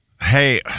hey